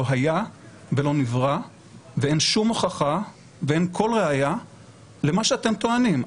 לא היה ולא נברא ואין שום הוכחה ואין כל ראיה למה שאתם טוענים.